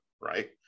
right